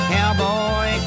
Cowboy